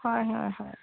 হয় হয় হয়